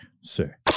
sir